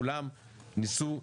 כולם ניסו,